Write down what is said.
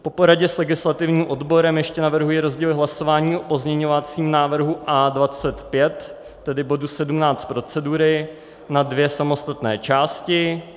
Po poradě s legislativním odborem ještě navrhuji rozdělit hlasování o pozměňovacím návrhu A25, tedy bod 17 procedury, na dvě samostatné části.